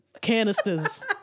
canisters